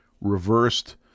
reversed